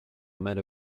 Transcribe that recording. met